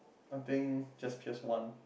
I think just pierce one